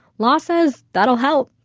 law says that'll help.